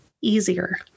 easier